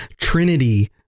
trinity